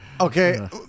okay